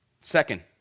Second